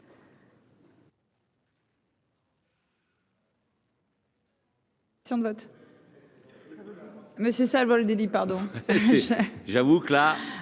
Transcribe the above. merci.